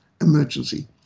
emergency